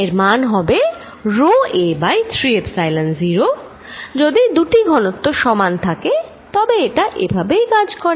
এর মান হবে rho a বাই 3 এপসাইলন 0 যদি দুটি ঘনত্ব সমান থাকে তবে এটা এভাবেই কাজ করে